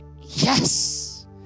yes